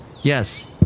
Yes